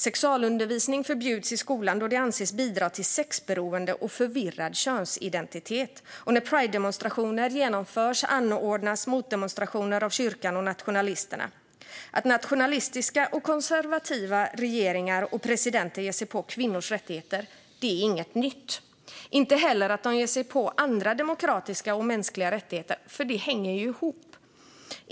Sexualundervisning förbjuds i skolan, eftersom det anses bidra till sexberoende och förvirrad könsidentitet. När Pridedemonstrationer genomförs anordnas motdemonstrationer av kyrkan och nationalisterna. Att nationalistiska och konservativa regeringar och presidenter ger sig på kvinnors rättigheter är inte något nytt, inte heller att de ger sig på andra demokratiska och mänskliga rättigheter. Det hänger nämligen ihop.